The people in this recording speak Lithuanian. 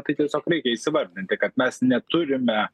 tai tiesiog reikia įsivardinti kad mes neturime